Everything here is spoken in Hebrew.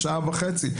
ושעה וחצי.